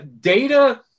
Data